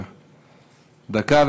דקה.